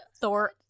thor